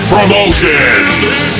Promotions